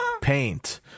paint